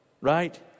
Right